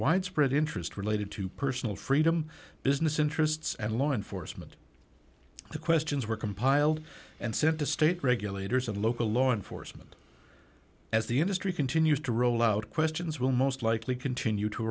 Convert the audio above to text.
widespread interest related to personal freedom business interests and law enforcement the questions were compiled and sent to state regulators and local law enforcement as the industry continues to roll out questions will most likely continue to